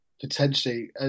Potentially